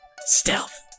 Stealth